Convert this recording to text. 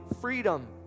freedom